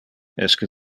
esque